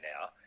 now